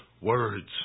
words